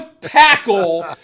tackle